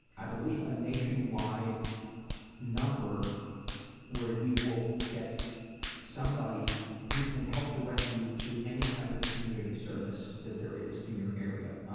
i believe a nation wide number where you will get somebody who can help direct you to any type of community service there is in your area,